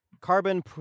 Carbon